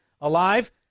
alive